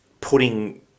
putting